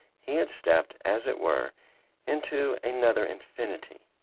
he had stepped as it were into another infinity,